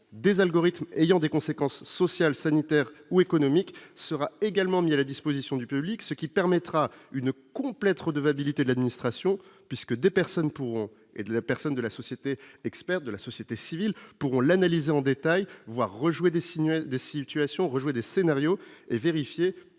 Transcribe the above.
des algorithmes ayant des conséquences sociales, sanitaires ou économiques sera également mis à la disposition du public, ce qui permettra une complet trop de validité de l'Administration puisque des personnes pour et de la personne de la société, expert de la société civile pour l'analyser en détail voir rejouer des signes de situations rejouer des scénarios et vérifier